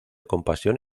compasión